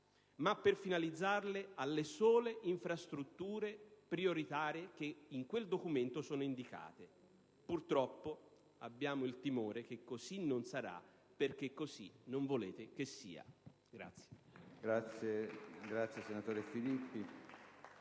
per finalizzarle alle sole infrastrutture prioritarie che in quel documento sono indicate. Purtroppo, abbiamo il timore che così non sarà, perché così non volete che sia.